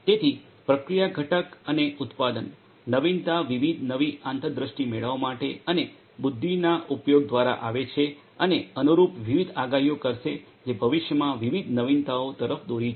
તેથી પ્રક્રિયા ઘટક અને ઉત્પાદન નવીનતા વિવિધ નવી આંતરદૃષ્ટિ મેળવવા માટે અને બુદ્ધિના ઉપયોગ દ્વારા આવે છે અને અનુરૂપ વિવિધ આગાહીઓ કરશે જે ભવિષ્યમાં વિવિધ નવીનતાઓ તરફ દોરી જશે